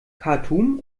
khartum